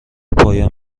پایان